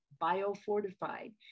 biofortified